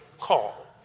call